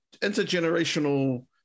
intergenerational